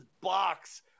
box